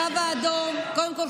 קודם כול,